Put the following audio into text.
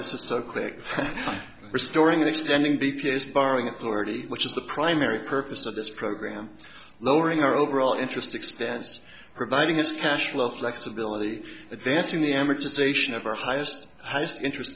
restoring the standing b p s borrowing authority which is the primary purpose of this program lowering our overall interest expense providing us cash flow flexibility advancing the amortization of our highest highest interest